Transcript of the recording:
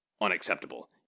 unacceptable